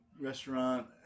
restaurant